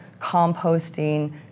composting